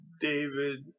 David